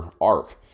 arc